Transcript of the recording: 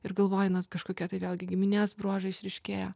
ir galvoji net kažkokie tai vėlgi giminės bruožai išryškėja